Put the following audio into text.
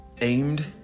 aimed